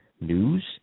news